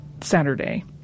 Saturday